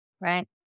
Right